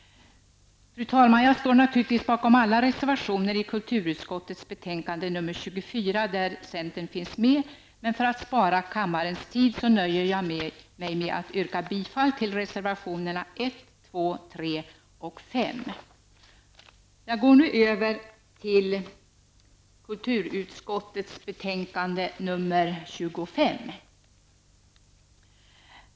Fru talman! Jag står naturligtvis bakom alla reservationer i kulturutskottets betänkande nr 24 där centern finns med, men för att spara kammarens tid nöjer jag mig med att yrka bifall till reservationerna nr 1, 2, 3 och 5. Härefter går jag över till att tala om kulturutskottets betänkande nr 25.